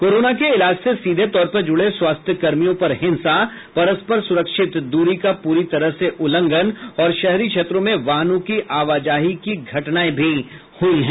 corona के इलाज से सीधे तौर पर जुड़े स्वास्थ्यकर्मियों पर हिंसा परस्पर सुरक्षित दूरी के पूरी तरह से उल्लंघन और शहरी क्षेत्रों में वाहनों की आवाजाही की घटनाएं हुई हैं